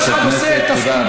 וכל אחד עושה את תפקידו,